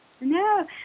No